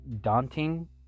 daunting